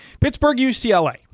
Pittsburgh-UCLA